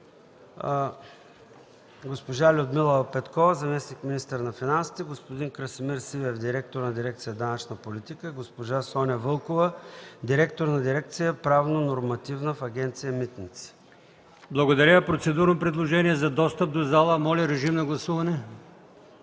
Благодаря. Процедурно предложение за достъп до зала – режим на гласуване.